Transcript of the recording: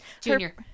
Junior